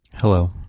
Hello